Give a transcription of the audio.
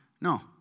No